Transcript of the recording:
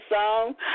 song